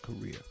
career